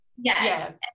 Yes